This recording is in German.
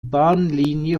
bahnlinie